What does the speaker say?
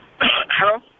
Hello